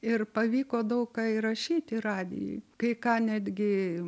ir pavyko daug ką įrašyti radijuj kai ką netgi